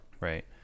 right